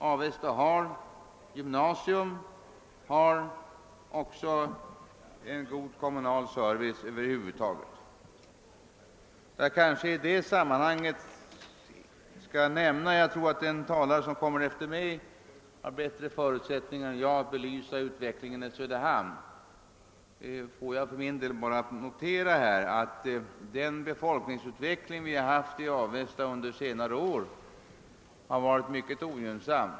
Avesta har ett gymnasium och en god kommunal service över huvud taget. Den talare som kommer upp efter mig har bättre förutsättningar att belysa utvecklingen i Söderhamn. För min del vill jag här bara få noterat att den befolkningsutveckling som vi haft i Avesta under senare år varit mycket ogynnsam.